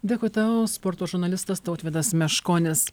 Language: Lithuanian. dėkui tau sporto žurnalistas tautvydas meškonis